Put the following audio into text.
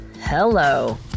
hello